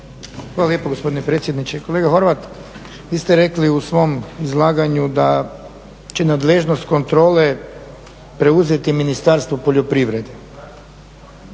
Hvala lijepo gospodine predsjedniče. Kolega Horvat, vi ste rekli u svom izlaganju da će nadležnost kontrole preuzeti Ministarstvo poljoprivrede,